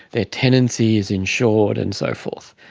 their tenancy is insured and so forth.